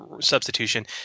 substitution